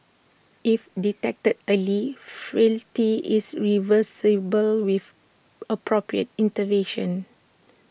if detected early frailty is reversible with appropriate intervention